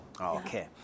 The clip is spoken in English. Okay